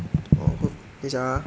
orh 等一下 ah